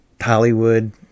Hollywood